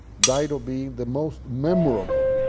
dido being the most memorable,